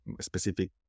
specific